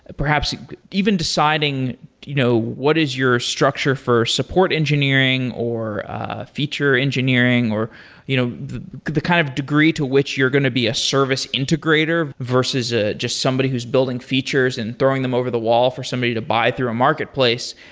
perhaps even deciding you know what is your structure for support engineering, or feature engineering, or you know the kind of degree to which you're going to be a service integrator, versus ah just somebody who's building features and throwing them over the wall for somebody to buy through a marketplace.